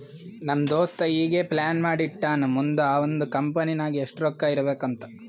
ನಮ್ ದೋಸ್ತ ಈಗೆ ಪ್ಲಾನ್ ಮಾಡಿ ಇಟ್ಟಾನ್ ಮುಂದ್ ಅವಂದ್ ಕಂಪನಿ ನಾಗ್ ಎಷ್ಟ ರೊಕ್ಕಾ ಇರ್ಬೇಕ್ ಅಂತ್